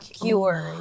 cure